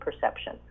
perception